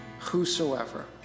whosoever